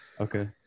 Okay